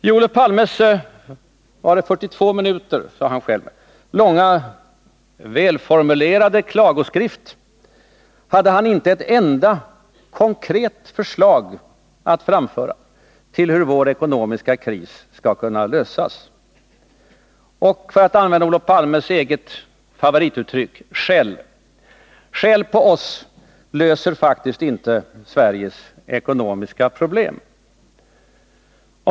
I Olof Palmes 42 minuter långa — sade han själv — välformulerade klagoskrift hade han inte ett enda konkret förslag att framföra till hur vår ekonomiska kris skall kunna lösas. Och för att använda Olof Palmes eget favorituttryck: Skäll — skäll på oss löser faktiskt inte Sveriges ekonomiska problem.